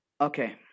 Okay